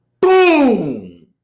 boom